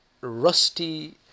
rusty